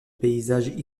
paysages